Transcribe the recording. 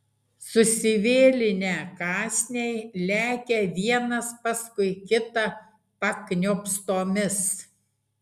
susivėlinę kąsniai lekia vienas paskui kitą pakniopstomis